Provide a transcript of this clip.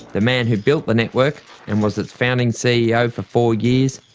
the man who built the network and was its founding ceo for four years,